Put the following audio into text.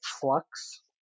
flux